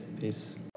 peace